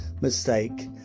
mistake